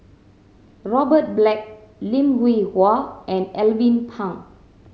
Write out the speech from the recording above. Robert Black Lim Hwee Hua and Alvin Pang